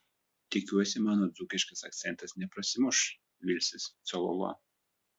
tikiuosi mano dzūkiškas akcentas neprasimuš vilsis cololo